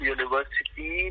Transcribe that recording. University